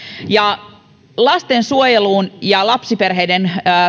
lastensuojeluun ja lapsiperheiden